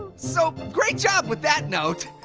so great job with that note.